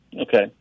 Okay